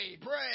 pray